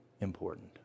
important